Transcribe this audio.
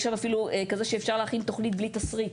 יש שם אפילו כזה שאפשר להכין תוכנית בלי תשריט.